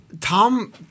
Tom –